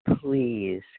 please